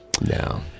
no